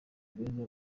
beza